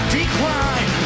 decline